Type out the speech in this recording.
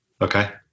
Okay